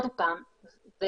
זה